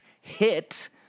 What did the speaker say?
hit